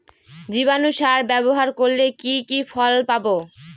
জীবাণু সার ব্যাবহার করলে কি কি ফল পাবো?